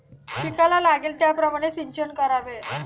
पिकाला लागेल त्याप्रमाणे सिंचन करावे